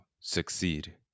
succeed